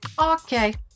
Okay